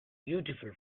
beautiful